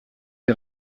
est